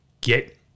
get